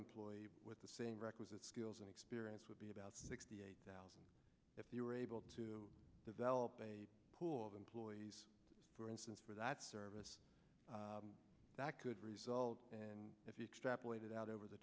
employee with the same requisite skills and experience would be about sixty eight thousand if you were able to develop a pool of employees for instance for that service that could result and if you step away that out over the